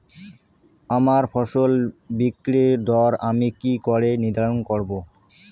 আমার ফসল বিক্রির দর আমি কি করে নির্ধারন করব?